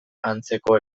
antzeko